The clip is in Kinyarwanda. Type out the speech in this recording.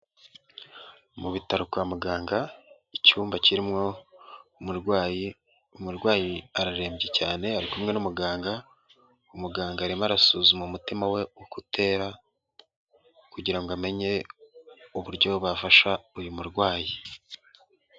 Mu bitaro kwa muganga, icyumba kirimwo umurwayi, umurwayi ararembye cyane ari kumwe n'umuganga, umuganga arimo arasuzuma umutima we uko utera kugira ngo amenye uburyo bafasha uyu murwayi.